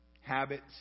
habits